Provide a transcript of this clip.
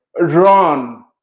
run